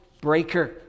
breaker